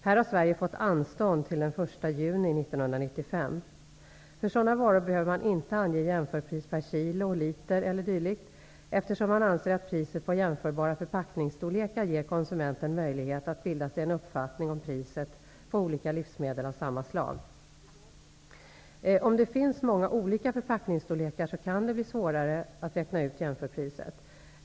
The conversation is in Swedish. Här har Sverige fått anstånd till den 1 juni 1995. För sådana varor behöver man inte ange jämförpris per kilo, liter eller dylikt, eftersom man anser att priset på jämförbara förpackningsstorlekar ger konsumenten möjlighet att bilda sig en uppfattning om priset på olika livsmedel av samma slag. Om det finns många olika förpackningsstorlekar, kan det bli svårare att räkna ut jämförpriset.